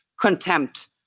contempt